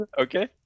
okay